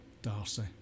Darcy